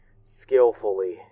skillfully